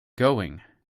going